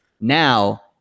Now